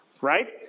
right